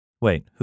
Wait